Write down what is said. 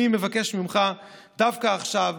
אני מבקש ממך דווקא עכשיו,